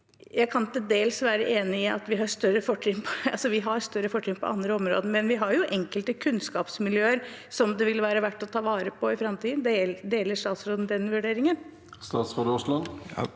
Jeg kan til dels være enig i at vi har større fortrinn på andre områder, men vi har jo enkelte kunnskapsmiljøer som det ville være verdt å ta vare på i framtiden. Deler statsråden den vurderingen?